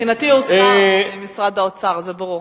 מבחינתי הוא שר במשרד האוצר, זה ברור.